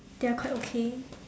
they are quite okay